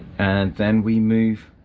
and then we move